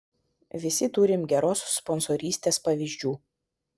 visi turim geros sponsorystės pavyzdžių